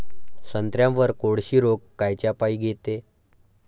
संत्र्यावर कोळशी रोग कायच्यापाई येते?